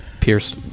Pierce